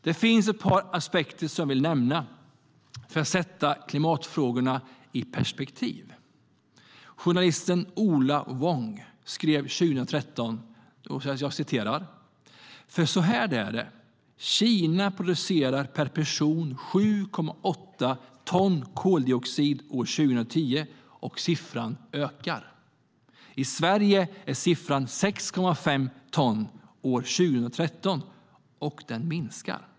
Det finns ett par aspekter som jag vill nämna för att sätta klimatfrågorna i ett perspektiv. Journalisten Ola Wong skrev 2013: "För så här är det: Kina producerar per person 7,8 ton koldioxid år 2010, och siffran ökar. I Sverige är siffran 6,5 ton år 2013 och minskar.